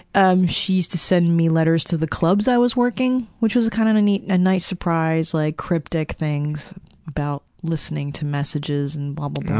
um she used to send me letters to the clubs i was working, which was kind of a nice nice surprise, like, cryptic things about listening to messages and blah,